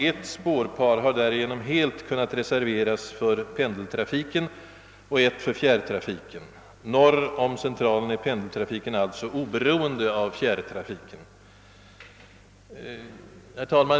Ett spårpar har därigenom helt kunnat reserveras för pendeltrafiken och ett för fjärrtrafiken. Norr om Centralen kan pendeltrafiken alltså försiggå oberoende av fjärrtrafiken.